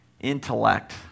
intellect